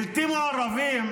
בלתי מעורבים,